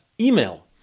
email